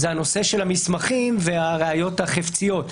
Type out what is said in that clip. זה הנושא של המסמכים והראיות החפציות.